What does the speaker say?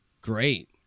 great